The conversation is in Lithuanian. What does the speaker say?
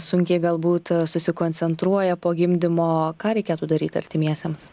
sunkiai galbūt susikoncentruoja po gimdymo ką reikėtų daryt artimiesiems